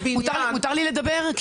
מותר לי לדבר?